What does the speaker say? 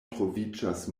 troviĝas